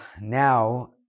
Now